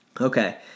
okay